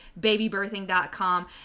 babybirthing.com